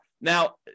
Now